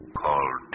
called